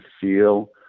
feel